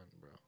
bro